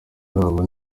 babo